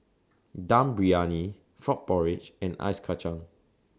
Dum Briyani Frog Porridge and Ice Kachang